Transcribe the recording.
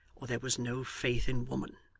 or there was no faith in woman.